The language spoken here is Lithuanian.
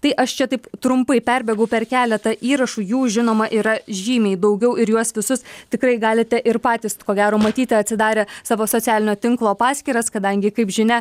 tai aš čia taip trumpai perbėgau per keletą įrašų jų žinoma yra žymiai daugiau ir juos visus tikrai galite ir patys ko gero matyti atsidarę savo socialinio tinklo paskyras kadangi kaip žinia